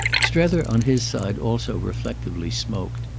strether on his side also reflectively smoked.